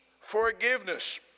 forgiveness